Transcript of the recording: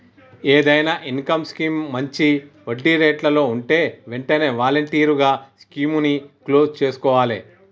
ఏదైనా income scheme మంచి వడ్డీరేట్లలో వుంటే వెంటనే వాలంటరీగా స్కీముని క్లోజ్ చేసుకోవాలే